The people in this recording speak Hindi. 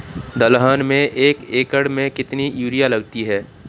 दलहन में एक एकण में कितनी यूरिया लगती है?